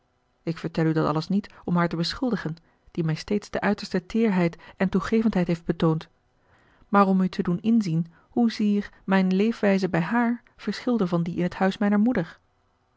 ik vertel u dat alles niet om haar te beschuldigen die mij steeds de uiterste teêrheid en toegevendheid heeft betoond maar om u te doen inzien hoezeer mijne leefwijze bij haar verschilde van die in het huis mijner moeder